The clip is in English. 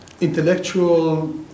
intellectual